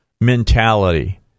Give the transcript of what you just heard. mentality